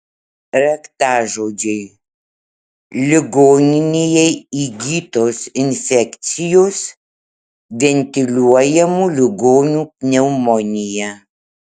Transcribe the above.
raktažodžiai ligoninėje įgytos infekcijos ventiliuojamų ligonių pneumonija